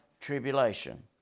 tribulation